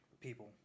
people